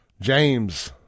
James